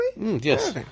Yes